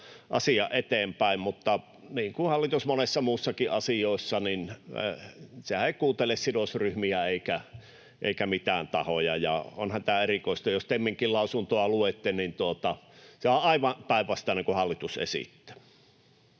asiaa eteenpäin, mutta niin kuin hallitus monissa muissakin asioissa, sehän ei kuuntele sidosryhmiä eikä mitään tahoja. Onhan tämä erikoista. Jos TEMinkin lausuntoa luette, niin sehän on aivan päinvastainen kuin hallitus esittää.